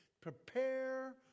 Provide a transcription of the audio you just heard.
Prepare